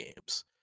games